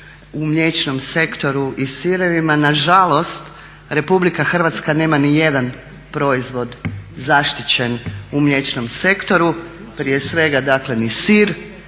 u mliječnom sektoru i sirevima. Nažalost, RH nema nijedan proizvod zaštićen u mliječnom sektoru, dakle ni sir